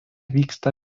vyksta